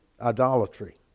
idolatry